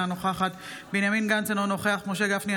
אינה נוכחת בנימין גנץ - אינו נוכח משה גפני,